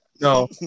No